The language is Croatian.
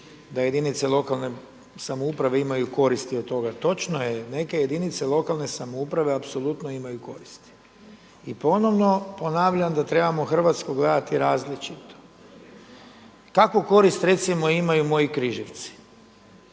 da jedinice lokalne samouprave imaju koristi od toga. Točno je neke jedinice lokalne samouprave apsolutno imaju koristi. I ponovno ponavljam da trebamo Hrvatsku gledati različito. Kakvu korist recimo imaju moji Križevci?